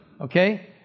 okay